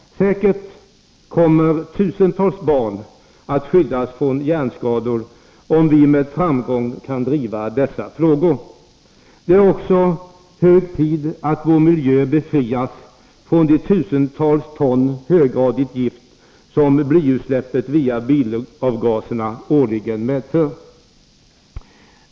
Säkert kommer tusentals barn att skyddas från hjärnskador, om vi med framgång kan driva dessa frågor. Det är också hög tid att vår miljö befrias från de tusentals ton höggradigt gift som blyutsläppet via bilavgaserna årligen medför.